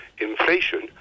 inflation